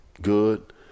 good